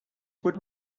would